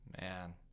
Man